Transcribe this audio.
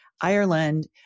Ireland